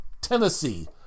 Tennessee